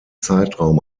zeitraum